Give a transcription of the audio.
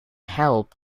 helped